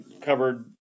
covered